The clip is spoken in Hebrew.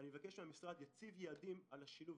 אני מבקש שהמשרד יציב יעדים על השילוב,